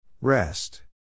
Rest